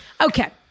Okay